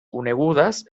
conegudes